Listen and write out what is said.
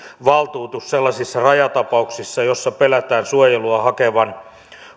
valtuutus sellaisissa rajatapauksissa joissa pelätään suojelua hakevan